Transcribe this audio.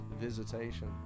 visitation